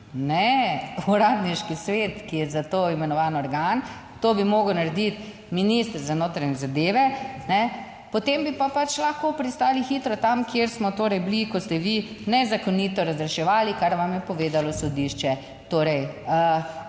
ne uradniški svet, ki je za to imenovan organ, to bi moral narediti minister za notranje zadeve, potem bi pa pač lahko pristali hitro tam, kjer smo torej bili, ko ste vi nezakonito razreševali, kar vam je povedalo sodišče, torej